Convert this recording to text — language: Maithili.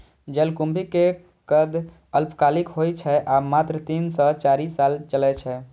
जलकुंभी के कंद अल्पकालिक होइ छै आ मात्र तीन सं चारि साल चलै छै